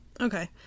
Okay